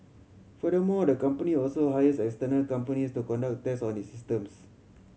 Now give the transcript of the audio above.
furthermore the company also hires external companies to conduct tests on its systems